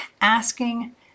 asking